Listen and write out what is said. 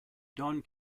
don